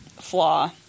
flaw